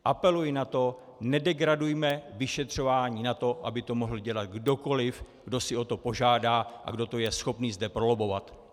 Apeluji na to, nedegradujme vyšetřování na to, aby to mohl dělat kdokoliv, kdo si o to požádá a kdo to je schopný zde prolobbovat.